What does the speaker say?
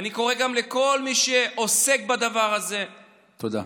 אני קורא גם לכל מי שעוסק בדבר הזה, תודה.